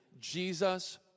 Jesus